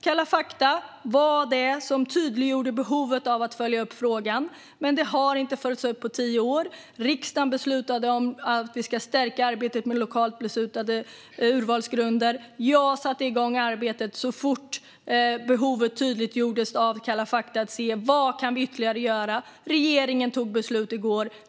Det var Kalla fakta som tydliggjorde behovet av att följa upp frågan, som inte har följts upp på tio år. Riksdagen beslutade att vi ska stärka arbetet med lokalt beslutade urvalsgrunder. Jag satte igång arbetet så fort behovet tydliggjordes av Kalla fakta för att se vad vi kunde göra ytterligare. Regeringen fattade beslut i går.